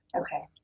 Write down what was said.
Okay